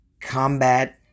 combat